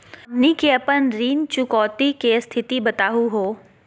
हमनी के अपन ऋण चुकौती के स्थिति बताहु हो?